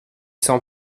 sans